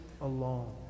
alone